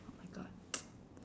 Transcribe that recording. oh my god